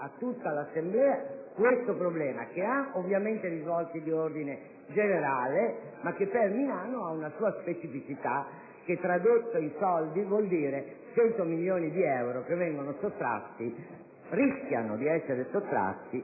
a tutta l'Assemblea questo problema, che ha ovviamente risvolti di ordine generale, ma che per Milano presenta una sua specificità, che tradotta in soldi vuol dire 100 milioni di euro che rischiano di essere sottratti